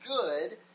good